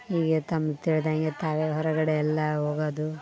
ಈಗ ತಮ್ಗೆ ತಿಳ್ದಂಗೆ ತಾವೇ ಹೊರಗಡೆ ಎಲ್ಲ ಹೋಗೋದು